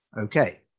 Okay